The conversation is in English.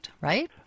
right